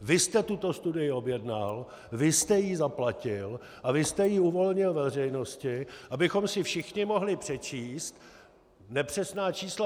Vy jste tuto studii objednal, vy jste ji zaplatil a vy jste ji uvolnil veřejnosti, abychom si všichni mohli přečíst nepřesná čísla.